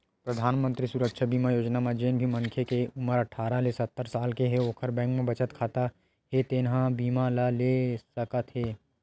परधानमंतरी सुरक्छा बीमा योजना म जेन भी मनखे के उमर अठारह ले सत्तर साल हे ओखर बैंक म बचत खाता हे तेन ह ए बीमा ल ले सकत हे